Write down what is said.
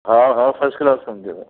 हा हा first class कमु थी वेंदो